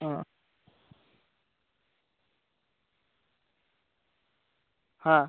ও হ্যাঁ